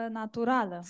natural